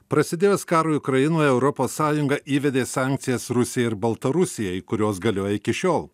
prasidėjus karui ukrainoje europos sąjunga įvedė sankcijas rusijai ir baltarusijai kurios galioja iki šiol